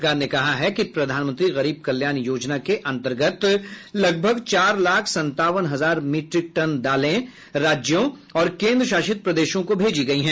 सरकार ने कहा है कि प्रधानमंत्री गरीब कल्याण योजना के अंतर्गत लगभग चार लाख संतावन हजार मिट्रिक टन दालें राज्यों और केन्द्रशासित प्रदेशों को भेजी गई हैं